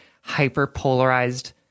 hyper-polarized